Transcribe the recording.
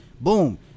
Boom